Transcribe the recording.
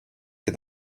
que